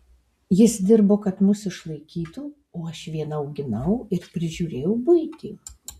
jis dirbo kad mus išlaikytų o aš viena auginau ir prižiūrėjau buitį